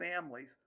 families